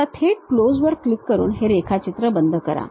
आता थेट close वर क्लिक करून हे रेखाचित्र बंद करा